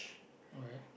alright